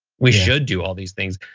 we should do all these things